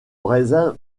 raisin